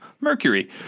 mercury